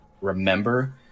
remember